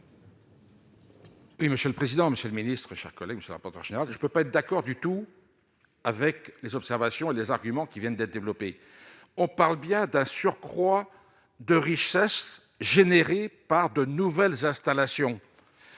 Oui, monsieur le président, monsieur le ministre, chers collègues, je ne pas rapporteur général, je ne peux pas être d'accord du tout avec les observations et les arguments qui viennent d'être développés. On parle bien d'un surcroît de richesses générées par de nouvelles installations,